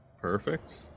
perfect